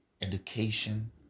education